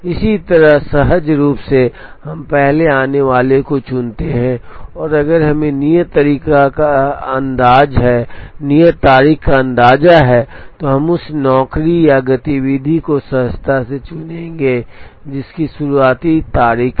इसी तरह सहज रूप से हम पहले आने वाले को चुनते हैं और अगर हमें नियत तारीख का अंदाजा है तो हम उस नौकरी या गतिविधि को सहजता से चुनेंगे जिसकी शुरुआती तारीख है